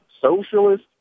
socialist